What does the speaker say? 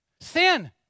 Sin